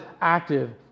active